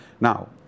Now